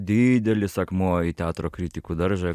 didelis akmuo į teatro kritikų daržą